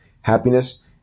happiness